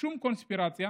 שום קונספירציה